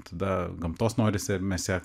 tada gamtos norisi mes ją